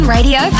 Radio